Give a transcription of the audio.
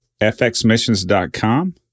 fxmissions.com